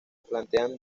plantean